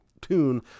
tune